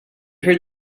heard